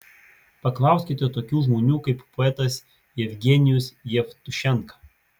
paklauskite tokių žmonių kaip poetas jevgenijus jevtušenka